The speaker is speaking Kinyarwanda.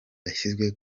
yashyizwe